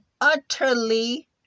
utterly